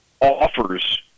offers